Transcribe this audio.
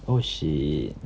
oh shit